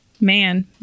man